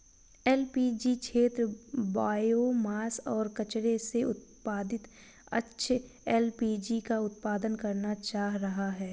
LPG क्षेत्र biomass और कचरे से उत्पादित अक्षय एल.पी.जी का उत्पादन करना चाह रहा है